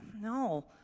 No